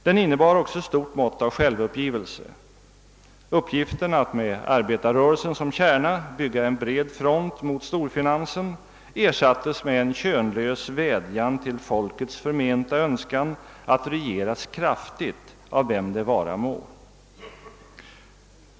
Den innebar också ett stort mått av självuppgivelse: uppgiften att med arbetarrörelsen som kärna bygga en bred front mot storfinansen ersattes med en könlös vädjan till folkets förmenta önskan att regeras kraftigt av vem det vara må.